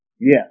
Yes